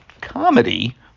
comedy